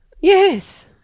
Yes